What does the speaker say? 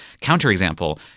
counterexample